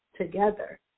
together